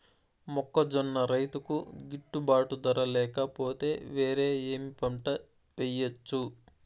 మొక్కజొన్న రైతుకు గిట్టుబాటు ధర లేక పోతే, వేరే ఏమి పంట వెయ్యొచ్చు?